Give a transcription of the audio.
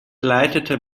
leitete